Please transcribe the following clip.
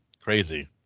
Crazy